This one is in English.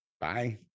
Bye